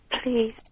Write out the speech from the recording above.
please